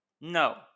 No